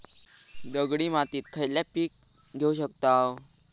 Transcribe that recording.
दगडी मातीत खयला पीक घेव शकताव?